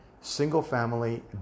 single-family